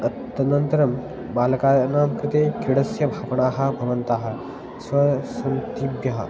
अतः तदनन्तरं बालकानां कृते क्रीडस्य भापणाः भवन्तः स्वसन्तीभ्यः